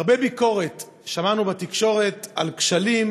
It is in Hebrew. הרבה ביקורת שמענו בתקשורת על כשלים,